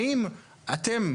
האם אתם,